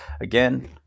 again